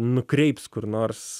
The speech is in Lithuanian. nukreips kur nors